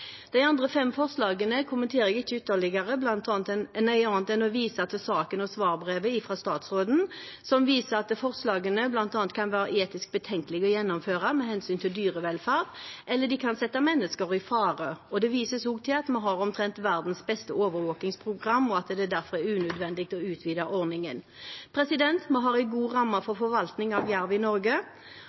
De andre fem forslagene kommenterer jeg ikke ytterligere, annet enn å vise til saken og svarbrevet fra statsråden, som viser at forslagene bl.a. kan være etisk betenkelige å gjennomføre med hensyn til dyrevelferd, eller at de kan sette mennesker i fare. Det vises også til at vi har omtrent verdens beste overvåkingsprogram, og at det derfor er unødvendig å utvide ordningen. Vi har en god ramme for forvaltning av jerv i Norge